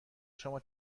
شما